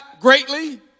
greatly